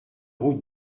route